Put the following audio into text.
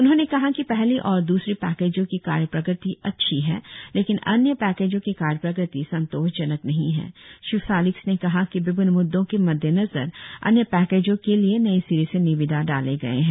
उन्होंने कहा कि पहली और द्रसरी पैकेजो की कार्य प्रगति अच्छी है लेकिन अन्य पैकेजों के कार्य प्रगति संतोषजनक नहीं है श्री फेलिक्स ने कहा कि विभिन्न मुद्दों के मद्देनजर अन्य पैकेजों के लिए नए सिरे से निविदा डाले गए है